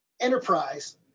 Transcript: enterprise